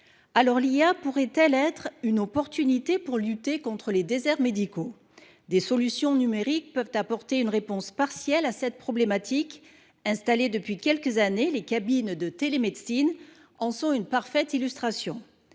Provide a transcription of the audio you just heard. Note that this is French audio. Alors l'IA pourrait-elle être une opportunité pour lutter contre les déserts médicaux ? Des solutions numériques peuvent apporter une réponse partielle à cette problématique. Installés depuis quelques années, les cabines de télémédecine en sont une parfaite illustration.